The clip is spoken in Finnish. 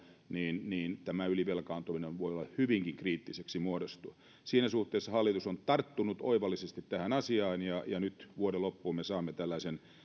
niin niin tämä ylivelkaantuminen voi hyvinkin kriittiseksi muodostua siinä suhteessa hallitus on tarttunut oivallisesti tähän asiaan ja ja nyt vuoden loppuun me saamme tällaisen